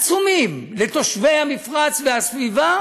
עצומים לתושבי המפרץ והסביבה